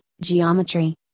geometry